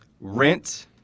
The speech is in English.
Rent